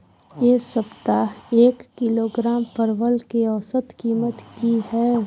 ऐ सप्ताह एक किलोग्राम परवल के औसत कीमत कि हय?